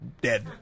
dead